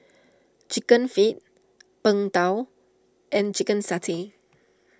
Chicken Feet Png Tao and Chicken Satay